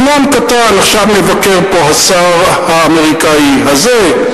עניין קטן, עכשיו מבקר פה השר האמריקני הזה,